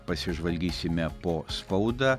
pasižvalgysime po spaudą